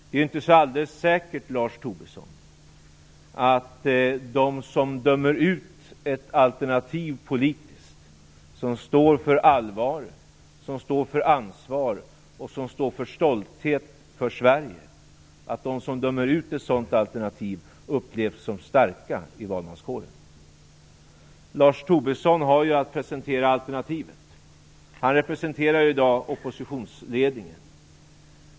Det är ju inte alldeles säkert, Lars Tobisson, att de som politiskt dömer ut ett alternativ som står för allvaret, som står för ansvar och stolthet för Sverige, upplevs som starka i valmanskåren. Lars Tobisson har att presentera alternativet. Han representerar i dag oppositionsledningen.